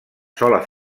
sola